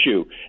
issue